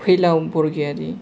फैलाव बरग'यारि